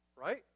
right